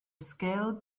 sgil